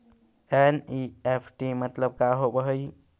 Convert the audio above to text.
NEFT मतलब का होब हई?